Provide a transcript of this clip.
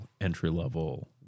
entry-level